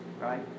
Right